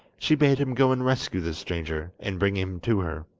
she bade him go and rescue the stranger, and bring him to her.